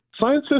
scientists